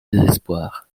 désespoir